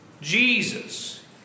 Jesus